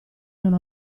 non